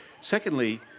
Secondly